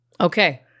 Okay